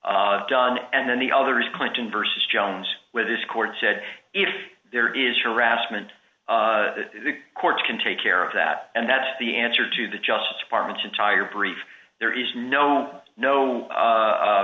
done and then the other is clinton vs jones with this court said if there is harassment the court can take care of that and that's the answer to the justice department's entire brief there is no no